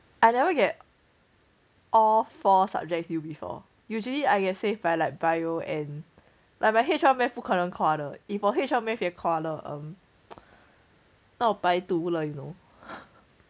I never get all four subjects u before usually I get safe by like bio and like my H one math 不可能夸的 if my H one math 也夸了那我白读了 you know